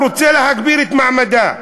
הוא רוצה להגביר את מעמדה.